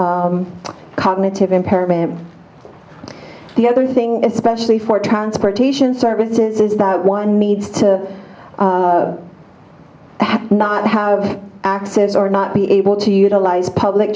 a cognitive impairment and the other thing especially for transportation services is that one needs to have not have access or not be able to utilize public